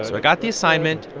i got the assignment,